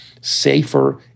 safer